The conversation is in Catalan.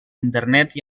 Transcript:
internet